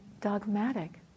dogmatic